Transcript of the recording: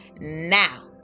now